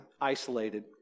isolated